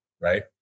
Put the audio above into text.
right